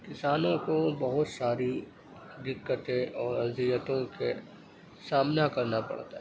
کسانوں کو بہت ساری دقتیں اور اذیتوں کے سامنا کرنا پڑتا ہے